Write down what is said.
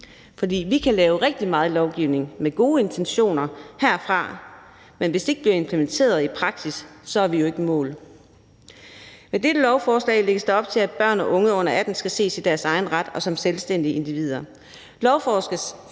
For vi kan lave rigtig meget lovgivning med gode intentioner herindefra, men hvis ikke det bliver implementeret i praksis, kommer vi jo ikke i mål. Med dette lovforslag lægges der op til, at børn og unge under 18 år skal ses i deres egen ret og som selvstændige individer.